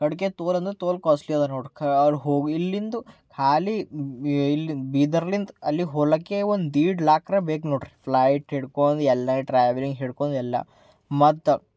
ತೋಲ್ ಅಂದರೆ ತೋಲ್ ಕ್ವಾಸ್ಲಿ ಅದ ನೋಡಿ ಖಾ ಹೋಗಿ ಇಲ್ಲಿಂದು ಖಾಲಿ ಇಲ್ಲಿ ಬೀದರ್ನಿಂದ ಅಲ್ಲಿ ಹೋಗಕ್ಕೆ ಒಂದೆ ದೇಡ ಲಾಖರೇ ಬೇಕು ನೋಡಿರಿ ಫ್ಲೈಟ್ ಹಿಡ್ಕೊಂಡು ಎಲ್ಲ ಟ್ರಾವೆಲ್ಲಿಂಗ್ ಹಿಡ್ಕೊಂಡು ಎಲ್ಲ ಮತ್ತೆ